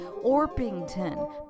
Orpington